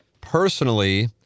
personally